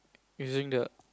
using the